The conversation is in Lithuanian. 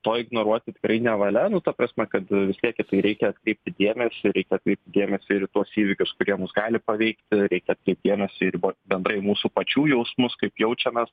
to ignoruoti tikrai nevalia nu ta prasme kad vis tiek į tai reikia atkreipti dėmesį reikia kreipti dėmesį ir į tuos įvykius kurie mus gali paveikti reikia kaip vienas atsiribot bendrai mūsų pačių jausmus kaip jaučiamės